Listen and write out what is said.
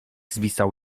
zwisał